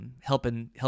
helping